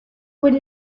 would